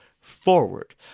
forward